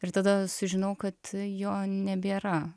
ir tada sužinau kad jo nebėra